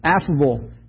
affable